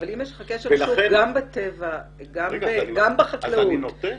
אבל אם יש לך כשל שוק גם בטבע וגם בחקלאות --- אז אני נותן.